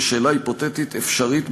כשאלה היפותטית אפשרית,